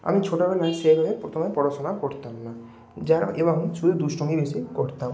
আমি ছোটোবেলায় সেইভাবে প্রথমে পড়াশোনা করতাম না যারা এবং স্কুলে দুষ্টুমি বেশি করতাম